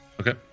Okay